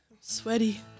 sweaty